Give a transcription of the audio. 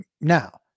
Now